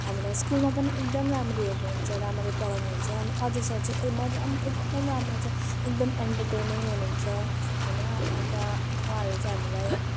हामीलाई स्कुलमा पनि एकदम राम्ररी हेर्नुहुन्छ राम्ररी पढाउनुहुन्छ अनि अजय सर चाहिँ म राम एकदम राम्रो छ एकदम एन्टरटेनिङ हुनुहुन्छ होइन अन्त उहाँहरू चाहिँ हामीलाई